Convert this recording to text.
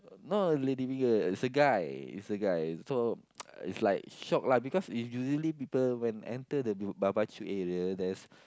not lady figure it's a guy it's a guy so it's like shock lah because usually when people enter the b~ barbecue area there's